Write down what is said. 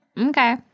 Okay